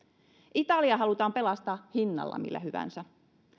italia halutaan pelastaa hinnalla millä hyvänsä